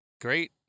Great